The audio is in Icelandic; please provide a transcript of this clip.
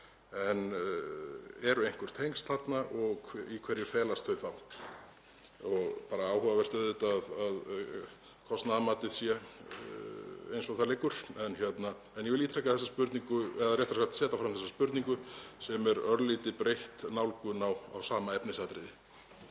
Eru einhver tengsl þarna og í hverju felast þau þá? Og það er bara áhugavert auðvitað að kostnaðarmatið sé eins og það liggur. En ég vil ítreka þessa spurningu eða réttara sagt setja fram þessa spurningu sem er örlítið breytt nálgun á sama efnisatriði.